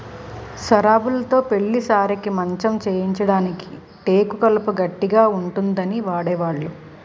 సరాబులుతో పెళ్లి సారెకి మంచం చేయించడానికి టేకు కలప గట్టిగా ఉంటుందని వాడేవాళ్లు